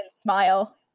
smile